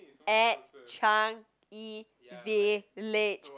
at Changi-Village